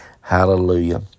Hallelujah